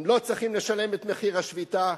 הם לא צריכים לשלם את מחיר השביתה.